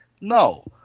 No